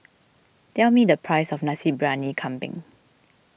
tell me the price of Nasi Briyani Kambing